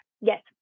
Yes